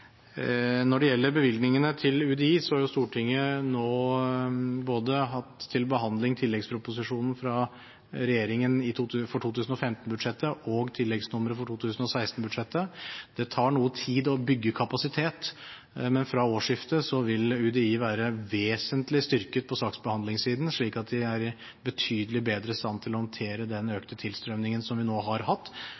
Når det gjelder bevilgningene til UDI, har Stortinget nå hatt til behandling både tilleggsproposisjonen fra regjeringen for 2015-budsjettet og tilleggsnummeret for 2016-budsjettet. Det tar noe tid å bygge kapasitet, men fra årsskiftet vil UDI være vesentlig styrket på saksbehandlingssiden slik at de er betydelig bedre i stand til å håndtere den økte tilstrømningen som vi nå har hatt,